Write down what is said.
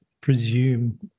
presume